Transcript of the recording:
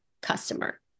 customer